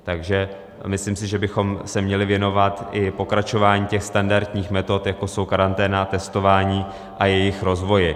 Takže myslím si, že bychom se měli věnovat i pokračování standardních metod, jako jsou karanténa, testování a jejich rozvoji.